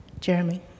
Jeremy